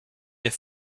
est